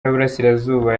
y’iburasirazuba